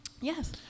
Yes